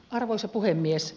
arvoisa puhemies